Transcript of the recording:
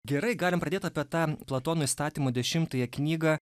gerai galim pradėt apie tą platono įstatymų dešimtąją knygą